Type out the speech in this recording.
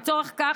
לצורך זה,